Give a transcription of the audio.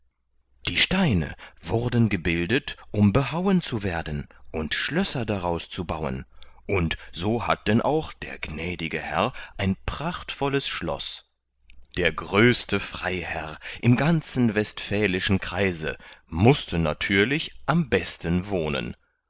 die steine wurden gebildet um behauen zu werden und schlösser daraus zu bauen und so hat denn auch der gnädige herr ein prachtvolles schloß der größte freiherr im ganzen westfälischen kreise mußte natürlich am besten wohnen